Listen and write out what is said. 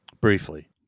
Briefly